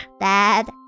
Dad